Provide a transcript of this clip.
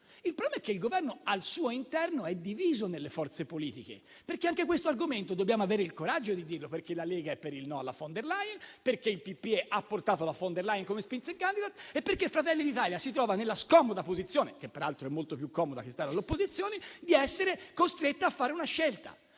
Il problema è che il Governo al suo interno è diviso nelle forze politiche - anche questo argomento dobbiamo avere il coraggio di dirlo - perché la Lega è per il no alla von der Leyen; perché il PPE ha portato la von der Leyen come *Spitzenkandidat*; perché Fratelli d'Italia si trova nella scomoda posizione, che peraltro è molto più comoda che stare all'opposizione, di essere costretto a fare una scelta.